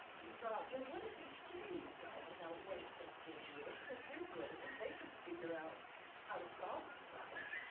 we thought ah what if we train these guys about what accessibility is, because they're brilliant, they can figure out how to solve these problems,